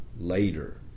later